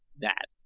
that,